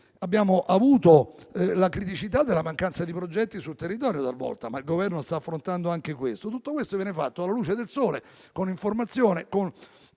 Abbiamo avuto poi la criticità della mancanza di progetti sul territorio talvolta, ma il Governo sta affrontando anche questo aspetto. Tutto questo viene fatto alla luce del sole, con informazione e